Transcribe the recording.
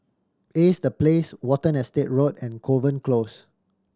Ace The Place Watten Estate Road and Kovan Close